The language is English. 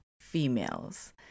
females